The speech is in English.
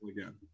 again